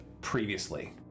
previously